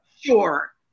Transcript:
Sure